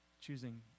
choosing